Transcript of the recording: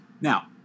Now